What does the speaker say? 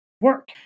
work